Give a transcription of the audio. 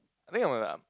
I think I'm a